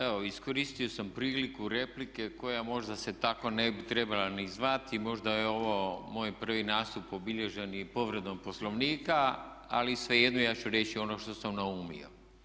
Evo iskoristio sam priliku replike koja možda se tako ne bi trebala ni zvati, možda je ovo moj prvi nastup obilježen i povredom Poslovnika ali svejedno ja ću reći ono što sam naumio.